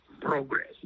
progress